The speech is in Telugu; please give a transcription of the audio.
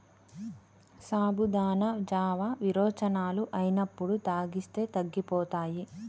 సాబుదానా జావా విరోచనాలు అయినప్పుడు తాగిస్తే తగ్గిపోతాయి